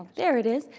there it is.